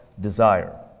desire